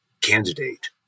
candidate